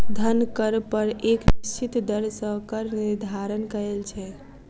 धन कर पर एक निश्चित दर सॅ कर निर्धारण कयल छै